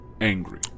angry